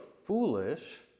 foolish